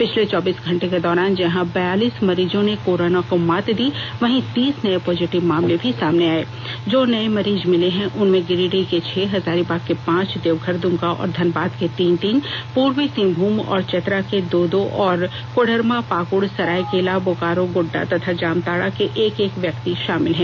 पिछले चौबीस घंटे के दौरान जहां बयालीस मरीजों ने कोरोना को मात दी वहीं तीस नए पॉजिटिव मामले भी सामने आए जो नए मरीज मिले हैं उनमें गिरिडीह के छह हजारीबाग के पांच देवघरदुमका और धनबाद के तीन तीन पूर्वी सिंहभूम और चतरा के दो दो और कोडरमा पाक्ड़ सरायकेला बोकारो गोड्डा तथा जामताड़ा के एक एक व्यक्ति शामिल हैं